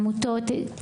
העמותות,